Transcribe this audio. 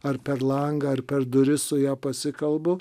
ar per langą ar per duris su ja pasikalbu